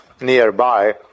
nearby